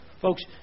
Folks